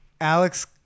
alex